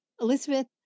Elizabeth